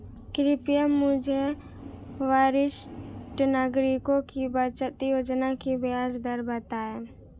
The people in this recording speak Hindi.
कृपया मुझे वरिष्ठ नागरिकों की बचत योजना की ब्याज दर बताएं